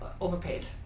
overpaid